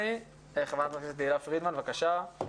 חברת הכנסת תהלה פרידמן, בבקשה.